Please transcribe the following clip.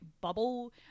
bubble